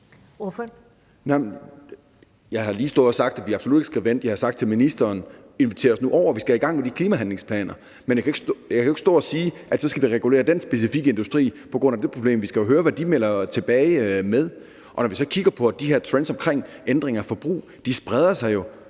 Jeg har lige stået og sagt, at vi absolut ikke skal vente. Jeg har sagt til ministeren: Inviter os nu over, vi skal i gang med de klimahandlingsplaner. Men jeg kan jo ikke stå og sige, at nu skal vi regulere den specifikke industri på grund af det problem. Vi skal jo høre, hvad de melder tilbage med, og når vi så kigger på de her trends omkring ændring af forbrug, så spreder de sig jo